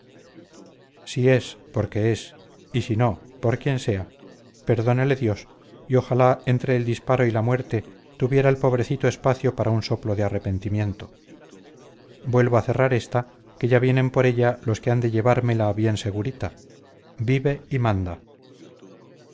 si es porque es y si no por quien sea perdónele dios y ojalá entre el disparo y la muerte tuviera el pobrecito espacio para un soplo de arrepentimiento vuelvo a cerrar esta que ya vienen por ella los que han de llevármela bien segurita vive y manda